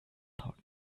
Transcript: thought